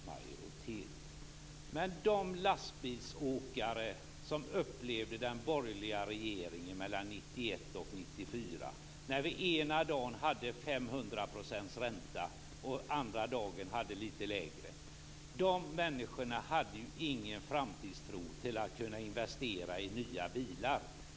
Men de lastbilsåkare som upplevde den borgerliga regeringen mellan 1991 och 1994, när det ena dagen var 500 % ränta och andra dagen var lite lägre ränta, hade ju ingen framtidstro för att kunna investera i nya bilar.